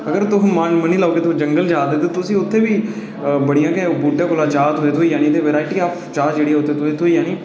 अगर तुस मन्नी लो के तुस जंगल जा देओ तुसें गी उत्थै बी बड़ियां बूह्टे परा चाऽ थ्होई जानी वराईटी ऑफ चाऽ जेह्ड़ी ऐ उत्थै थ्होई जानी